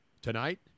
Tonight